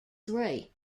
three